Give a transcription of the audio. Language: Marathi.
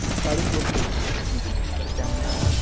काढून घेतले तर त्यांना